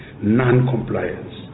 non-compliance